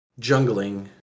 jungling